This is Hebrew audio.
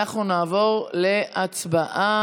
אנחנו נעבור להצבעה.